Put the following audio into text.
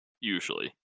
Usually